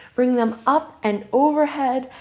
bring them up and overhead,